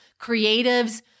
creatives